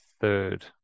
Third